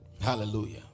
hallelujah